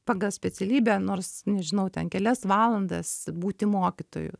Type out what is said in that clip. pagal specialybę nors nežinau ten kelias valandas būti mokytoju